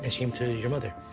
and came to your mother.